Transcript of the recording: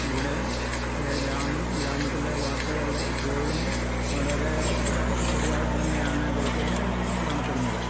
അവിടെ ഗ്രാമത്തിലെ വാർത്തകളെ എപ്പോഴും വളരെ ചെറുതായിട്ട് തന്നെയാണ് കൊടുക്കുക കാണപ്പെടുന്നത്